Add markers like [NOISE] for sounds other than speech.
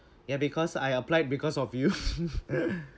ya because I applied because of you [LAUGHS]